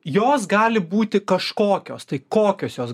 jos gali būti kažkokios tai kokios jos